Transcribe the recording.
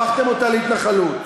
הפכתם אותה להתנחלות.